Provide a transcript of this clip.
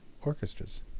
Orchestras